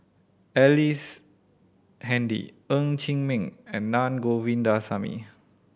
Ellice Handy Ng Chee Meng and Na Govindasamy